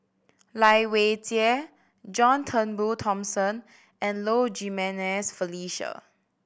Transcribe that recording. Lai Weijie John Turnbull Thomson and Low Jimenez Felicia